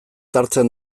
hartzen